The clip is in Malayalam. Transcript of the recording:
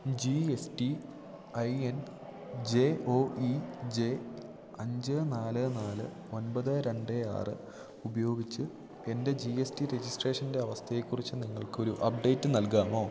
G S T I N J O E J അഞ്ച് നാല് നാല് ഒൻപത് രണ്ട് ആറ് ഉപയോഗിച്ച് എൻ്റെ ജി എസ് ടി രജിസ്ട്രേഷൻ്റെ അവസ്ഥയെക്കുറിച്ച് നിങ്ങൾക്കൊരു അപ്ഡേറ്റ് നൽകാമോ